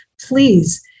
please